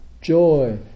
joy